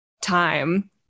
time